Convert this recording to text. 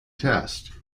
test